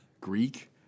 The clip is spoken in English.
Greek